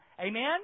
Amen